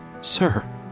Sir